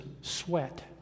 sweat